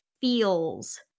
feels